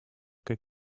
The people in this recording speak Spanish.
que